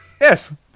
Yes